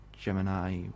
Gemini